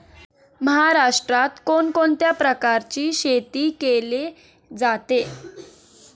महाराष्ट्रात कोण कोणत्या प्रकारची शेती केली जाते?